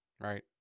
right